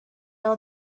all